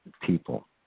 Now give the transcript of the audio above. people